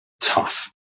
tough